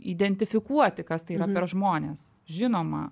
identifikuoti kas tai yra per žmonės žinoma